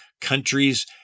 countries